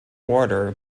order